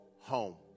home